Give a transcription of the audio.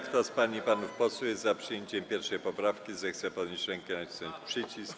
Kto z pań i panów posłów jest za przyjęciem 1. poprawki, zechce podnieść rękę i nacisnąć przycisk.